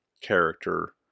character